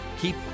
keep